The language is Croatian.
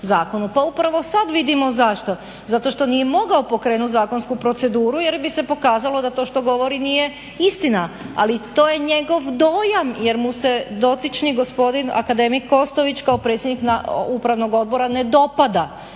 Pa upravo sad vidimo zašto? Zato što nije mogao pokrenuti zakonsku proceduru jer bi se pokazalo da to što govori nije istina. Ali to je njegov dojam jer mu se dotični gospodin, akademik Kostović kao predsjednik Upravnog odbora ne dopada.